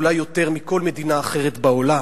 אולי יותר מכל מדינה אחרת בעולם,